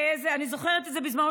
אני זוכרת שבזמנו,